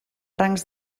rangs